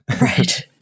Right